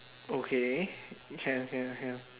okay can lor can lor can lor